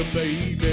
Baby